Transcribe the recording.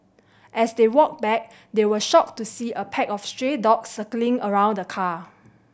as they walked back they were shocked to see a pack of stray dogs circling around the car